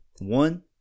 One